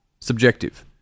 subjective